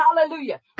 Hallelujah